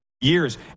years